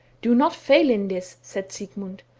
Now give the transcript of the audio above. do not fail in this said sigmund,